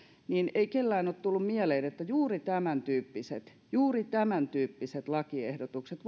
niin ei kenelläkään ole tullut mieleen että juuri tämän tyyppiset juuri tämän tyyppiset lakiehdotukset